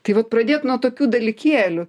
tai vat pradėt nuo tokių dalykėlių